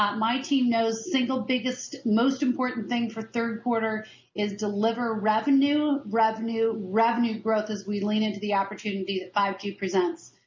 um my team knows single biggest most important thing for third quarter is deliver revenue, revenue, revenue growth as we lean into the opportunity that five g presents.